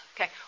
Okay